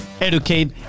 educate